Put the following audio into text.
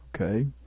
okay